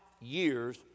years